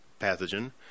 pathogen